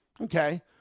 Okay